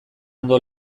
ondo